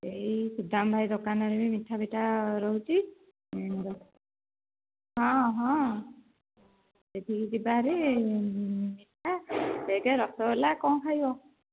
ଏହି ସୁଦାମ ଭାଇ ଦୋକାନରେ ବି ମିଠା ଫିଠା ରହୁଛି ହଁ ହଁ ସେଠିକି ଯିବା ଭାରି ମିଠା କେକ୍ ରସଗୋଲା କଣ ଖାଇବ